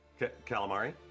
Calamari